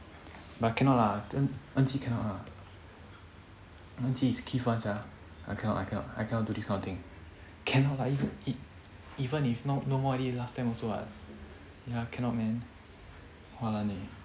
but cannot lah enqi cannot lah enqi is keith one sia I cannot I cannot I cannot do this kind of thing cannot lah even if no more already last sem also what I cannot man walan eh